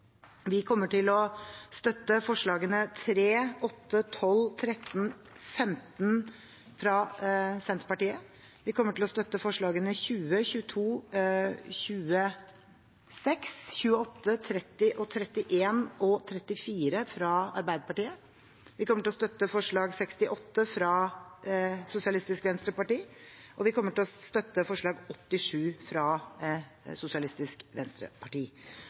Vi kommer til å støtte forslagene nr. 3, 8, 12, 13 og 15, fra Senterpartiet. Vi kommer til å støtte forslagene nr. 20, 22, 26, 28, 30, 31 og 34, fra Arbeiderpartiet. Vi kommer til å støtte forslagene nr. 68 og 87, fra SV. Øvrige forslag er vi enten uenig i eller kommer til å